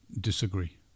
disagree